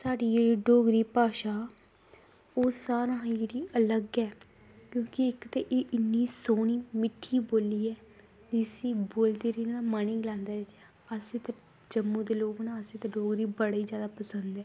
साढ़ी एह् डोगरी भाशा ओह् सारें कशा जेह्ड़ी अलग ऐ क्योंकि इक्क ते एह् इन्नी सोह्नी ते मिट्ठी बोल्ली ऐ इसी बोलदे मन ई गलांदा होइया बस इक्क अस जम्मू दे लोग ना इक्क डोगरी सानूं बड़ी ई पसंद ऐ